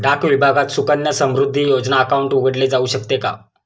डाक विभागात सुकन्या समृद्धी योजना अकाउंट उघडले जाऊ शकते का?